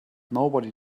nobody